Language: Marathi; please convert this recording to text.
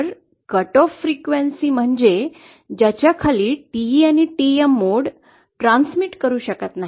तर कटऑफ फ्रीक्वेन्सी म्हणजे ज्याच्या खाली TE आणि TM मोड प्रसारित करू शकत नाहीत